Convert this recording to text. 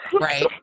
right